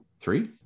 three